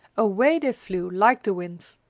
away they flew like the wind!